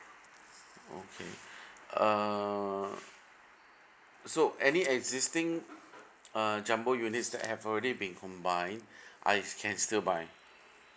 okay uh so any existing uh jumbo units that have already been combined I can still buy